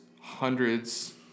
hundreds